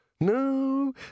No